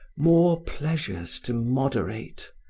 more pleasures to moderate,